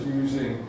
using